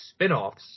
spinoffs